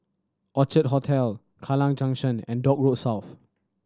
Orchard Hotel Kallang Junction and Dock Road South